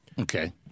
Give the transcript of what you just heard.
Okay